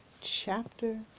Chapter